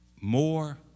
more